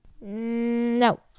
No